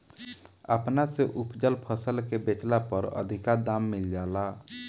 अपना से उपजल फसल के बेचला पर अधिका दाम मिल जाला